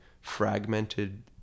fragmented